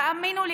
תאמינו לי,